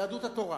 יהדות התורה.